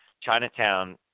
Chinatown